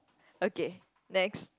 okay next